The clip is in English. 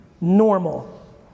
normal